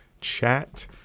chat